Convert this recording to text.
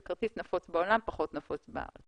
זה כרטיס נפוץ בעולם אבל פחות נפוץ בארץ